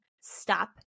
stop